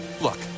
Look